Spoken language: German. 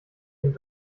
dem